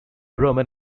roman